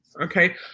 okay